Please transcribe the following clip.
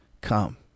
Come